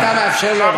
אם אתה מאפשר לו.